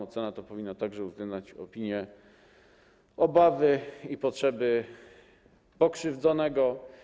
Ocena ta powinna także uwzględniać opinie, obawy i potrzeby pokrzywdzonego.